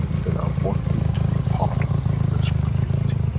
then i'm worthy to be part of the universal community.